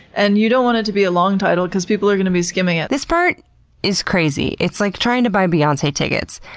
and you don't want it to be a long title because people are going to be skimming it. this part is crazy. it's like trying to buy beyonce tickets.